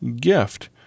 Gift